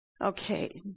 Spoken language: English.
Okay